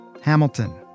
Hamilton